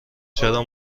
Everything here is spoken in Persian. چرا